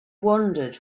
wandered